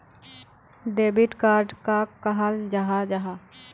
Debit card कहाक कहाल जाहा जाहा?